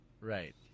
Right